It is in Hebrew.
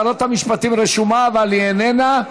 שרת המשפטים רשומה, אבל היא איננה.